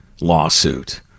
lawsuit